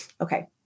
Okay